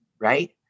right